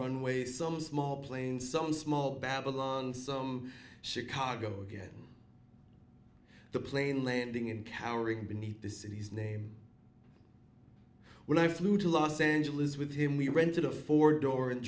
runway some small plane some small babylon some chicago again the plane landing and cowering beneath the city's name when i flew to los angeles with him we rented a four door and